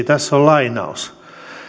tässä on lainaus